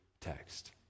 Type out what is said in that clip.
text